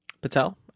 Patel